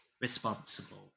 responsible